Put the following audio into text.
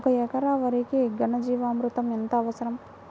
ఒక ఎకరా వరికి ఘన జీవామృతం ఎంత అవసరం?